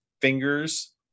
fingers